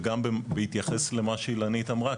וגם בהתייחס למה שאילנית אמרה,